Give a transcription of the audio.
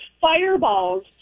fireballs